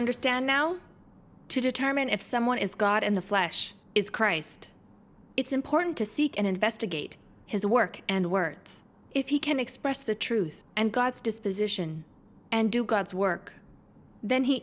understand now to determine if someone is god in the flesh is christ it's important to seek and investigate his work and words if he can express the truth and god's disposition and do god's work then he